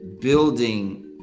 building